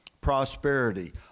prosperity